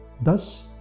thus